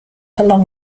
along